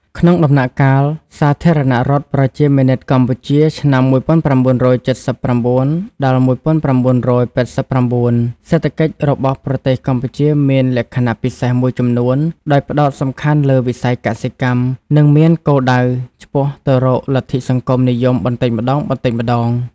ក្នុងដំណាក់កាលសាធារណរដ្ឋប្រជាមានិតកម្ពុជា (ឆ្នាំ១៩៧៩-១៩៨៩) សេដ្ឋកិច្ចរបស់ប្រទេសកម្ពុជាមានលក្ខណៈពិសេសមួយចំនួន ដោយផ្តោតសំខាន់លើវិស័យកសិកម្ម និងមានគោលដៅឆ្ពោះទៅរកលទ្ធិសង្គមនិយមបន្តិចម្តងៗ។